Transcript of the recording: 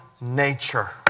nature